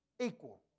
equal